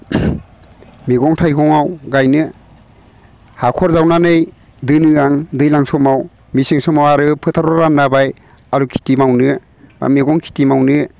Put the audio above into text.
मैगं थाइगङाव गायनो हाखर जावनानै दोनो आं दैज्लां समाव मेसें समाव आरो फोथाराव रानना होबाय आरो खिथि मावनो बा मैगं खिथि मावनो